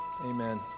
Amen